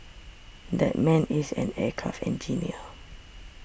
that man is an aircraft engineer